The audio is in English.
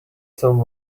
some